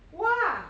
!wah!